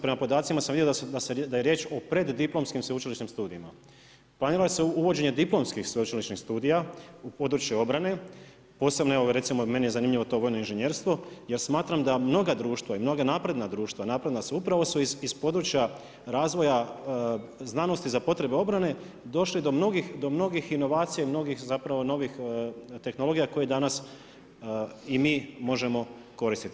Prema podacima sam vidio da je riječ o preddiplomskim sveučilišnim studijima, planira li se uvođenje diplomskih sveučilišnih studija u području obrane, posebno recimo meni je zanimljivo to vojno inženjerstvo jer smatram da mnoga društva i mnoga napredna društva, napredna su upravo su iz područja razvoja znanosti za potrebe obrane došli do mnogih inovacija i mnogih novih tehnologija koje danas i mi možemo koristiti.